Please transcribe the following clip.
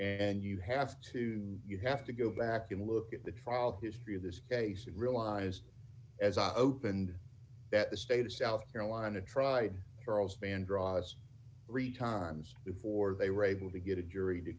and you have to you have to go back and look at the trial history of this case and realize as i opened that the state of south carolina tried beryl's band draws three times before they were able to get a jury to